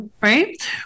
Right